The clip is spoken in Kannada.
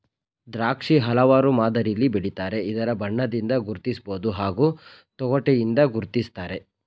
ದ್ರಾಕ್ಷಿ ಹಲವಾರು ಮಾದರಿಲಿ ಬೆಳಿತಾರೆ ಅದರ ಬಣ್ಣದಿಂದ ಗುರ್ತಿಸ್ಬೋದು ಹಾಗೂ ತೊಗಟೆಯಿಂದ ಗುರ್ತಿಸ್ತಾರೆ